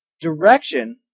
Direction